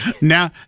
Now